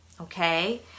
okay